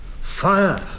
fire